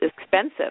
expensive